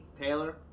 Taylor